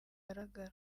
bugaragara